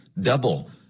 Double